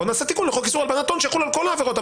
בואו נעשה תיקון לחוק איסור הלבנת הון שיחול על כל העבירות.